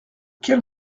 quel